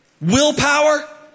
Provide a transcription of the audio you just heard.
Willpower